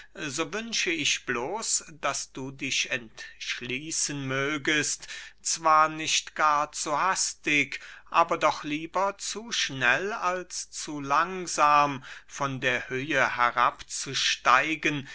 so wünsche ich bloß daß du dich entschließen mögest zwar nicht gar zu hastig aber doch lieber zu schnell als zu langsam von der höhe herabzusteigen